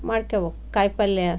ಮಾಡ್ಕೋಬೇಕು ಕಾಯಿ ಪಲ್ಯ